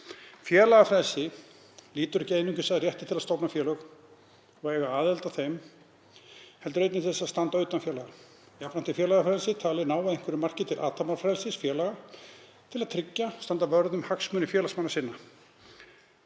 Félagafrelsi lýtur ekki einungis að rétti til að stofna félög og eiga aðild að þeim, heldur einnig til að standa utan félaga. Jafnframt er félagafrelsið talið ná að einhverju marki til athafnafrelsis félaga til að tryggja og standa vörð um hagsmuni félagsmanna sinna.